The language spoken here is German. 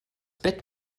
bett